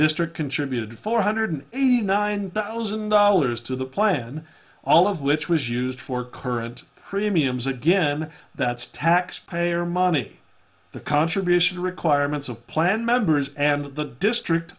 district contributed four hundred eighty nine thousand dollars to the plan all of which was used for current premiums again that's taxpayer money the contribution requirements of plan members and the district